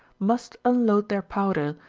must unload their powder,